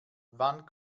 wann